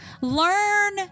Learn